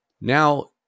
Now